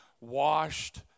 Washed